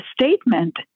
statement